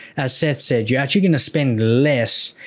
as seth said, you're actually going to spend less,